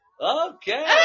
okay